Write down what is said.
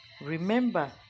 Remember